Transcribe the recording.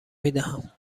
میدهند